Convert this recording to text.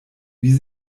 wie